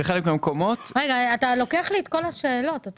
אתה לוקח לי את כל השאלות.